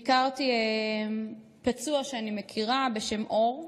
ביקרתי פצוע שאני מכירה, בשם אור.